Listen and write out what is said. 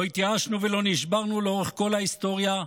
לא התייאשנו ולא נשברנו לאורך כל ההיסטוריה,